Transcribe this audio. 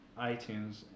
iTunes